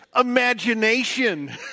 imagination